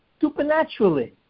supernaturally